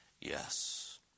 Yes